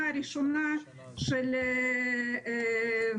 הראשונה של העלייה,